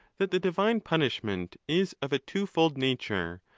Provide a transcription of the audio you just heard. that the divine punishment is of a twofold nature,